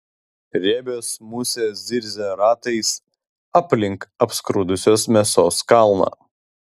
riebios musės zirzia ratais aplink apskrudusios mėsos kalną